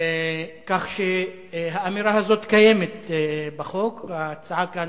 כך שהאמירה הזאת קיימת בחוק, וההצעה כאן